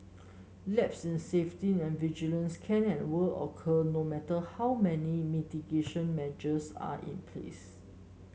lapses in safety and vigilance can and will occur no matter how many mitigation measures are in place